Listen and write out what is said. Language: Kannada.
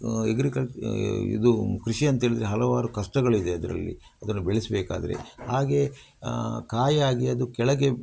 ಎಗ್ರಿಕಲ್ ಇದು ಕೃಷಿಯಂಥೇಳಿದ್ರೆ ಹಲವಾರು ಕಷ್ಟಗಳಿದೆ ಅದರಲ್ಲಿ ಅದನ್ನು ಬೆಳೆಸಬೇಕಾದ್ರೆ ಹಾಗೆ ಕಾಯಿಯಾಗಿ ಅದು ಕೆಳಗೆ